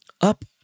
up